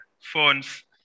phones